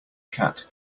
cat